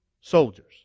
soldiers